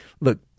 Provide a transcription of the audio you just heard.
Look